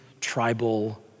tribal